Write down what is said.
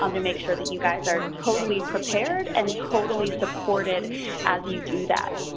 um to make sure that you guys are totally prepared and totally supported as you do that.